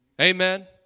Amen